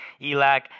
ELAC